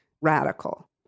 radical